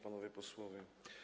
Panowie Posłowie!